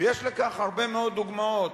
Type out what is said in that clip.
ויש לכך הרבה מאוד דוגמאות.